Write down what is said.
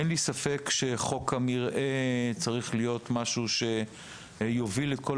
אין לי ספק שחוק המרעה צריך להיות משהו שיוביל לכל